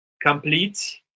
complete